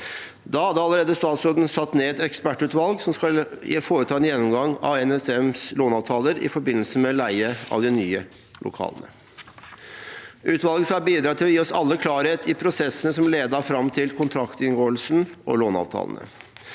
Da hadde allerede statsråden satt ned et ekspertutvalg som skal foreta en gjennomgang av NSMs låneavtaler i forbindelse med leie av de nye lokalene. Utvalget skal bidra til å gi oss alle klarhet i prosessene som ledet fram til kontraktsinngåelsen og låneavtalene.